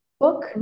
book